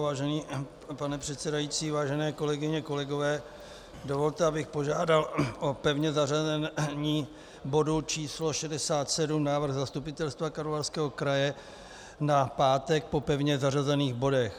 Vážený pane předsedající, vážené kolegyně, kolegové, dovolte, abych požádal o pevné zařazení bodu číslo 67, návrh zastupitelstva Karlovarského kraje, na pátek po pevně zařazených bodech.